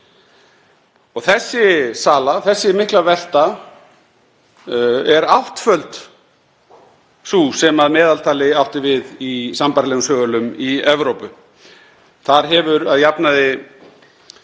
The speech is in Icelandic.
Þessi sala, þessi mikla velta, er áttföld sú sem að meðaltali átti við í sambærilegum sölum í Evrópu. Þar hefur að jafnaði